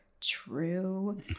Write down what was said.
True